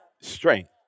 Strength